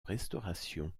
restauration